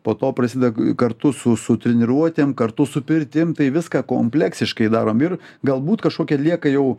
po to prasideda kartu su su treniruotėm kartu su pirtim tai viską kompleksiškai darom ir galbūt kažkokia lieka jau